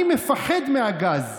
אני מפחד מהגז,